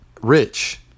rich